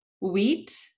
wheat